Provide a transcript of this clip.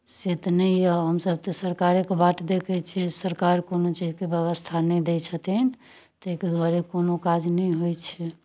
से तऽ नहि यए हमसभ तऽ सरकारेके बाट देखै छियै सरकार कोनो चीजक व्यवस्था नहि दै छथिन ताहिके दुआरे कोनो काज नहि होइ छै